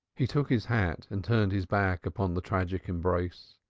he took his hat and turned his back upon the tragic embrace.